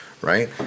right